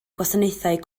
gwasanaethau